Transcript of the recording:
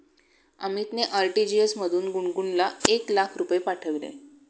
अमितने आर.टी.जी.एस मधून गुणगुनला एक लाख रुपये पाठविले